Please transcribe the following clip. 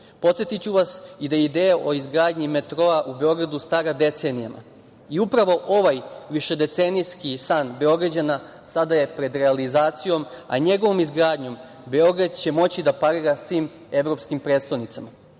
BDP.Podsetiću vas i da je ideja o izgradnji metroa u Beogradu stara decenijama i upravo ovaj višedecenijski san Beograđana sada je pred realizacijom, a njegovom izgradnjom Beograd će moći da parira svim evropskim prestonicama.